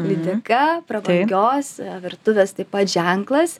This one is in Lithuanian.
lydeka prabangios virtuvės taip pat ženklas